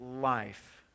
life